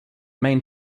main